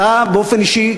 שאתה באופן אישי,